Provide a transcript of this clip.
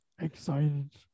excited